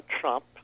Trump